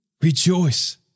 rejoice